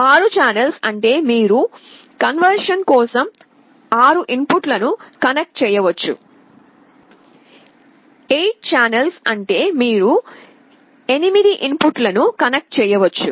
6 channels అంటే మీరు conversion కోసం 6 ఇన్పుట్లను కనెక్ట్ చేయవచ్చు 8 ఛానెల్స్ అంటే మీరు 8 ఇన్పుట్లను కనెక్ట్ చేయవచ్చు